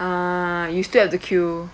ah you still have to queue